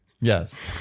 Yes